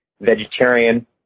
vegetarian